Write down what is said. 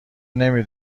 نمی